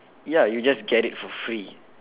ya you just get it for free